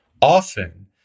often